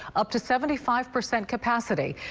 up to seventy five percent capacity.